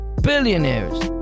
billionaires